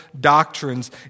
doctrines